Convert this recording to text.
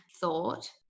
thought